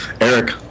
Eric